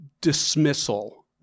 Dismissal